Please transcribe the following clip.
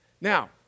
Now